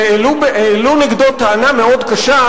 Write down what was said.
העלו נגדו טענה מאוד קשה,